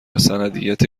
سندیت